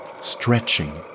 stretching